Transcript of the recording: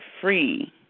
free